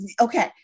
Okay